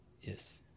Yes